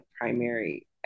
primary